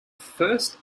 first